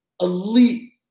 elite